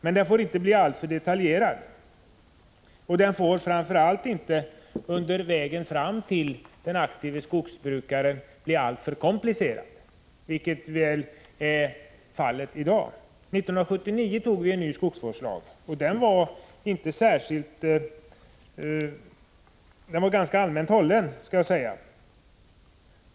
Men den får inte bli alltför detaljerad, och den får framför allt inte på vägen fram till den aktive skogsbrukaren bli alltför komplicerad, vilket väl är fallet i dag. År 1979 antog vi en ny skogsvårdslag, som var ganska allmänt hållen.